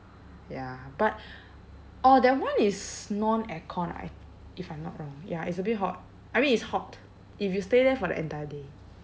ya but orh that [one] is non aircon I if I'm not wrong ya it's a bit hot I mean it's hot if you stay there for the entire day